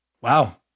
Wow